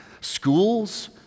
schools